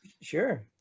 sure